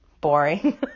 boring